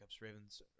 Ravens